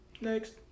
next